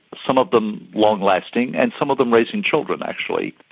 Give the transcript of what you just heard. some of them long-lasting and some of them raising children actually,